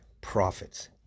profits